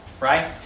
right